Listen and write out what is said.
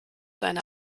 deine